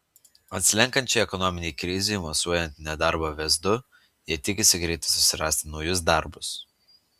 atslenkančiai ekonominei krizei mosuojant nedarbo vėzdu jie tikisi greitai susirasti naujus darbus